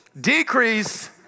Decrease